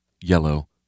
yellow